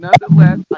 nonetheless